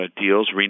deals